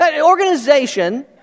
Organization